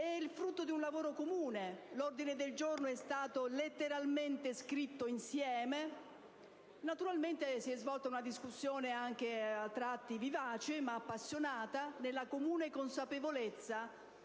È il frutto di un lavoro comune: l'ordine del giorno è stato letteralmente scritto insieme. Naturalmente si è svolta una discussione a tratti vivace ed appassionata, nella comune consapevolezza